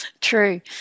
True